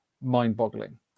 mind-boggling